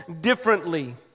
differently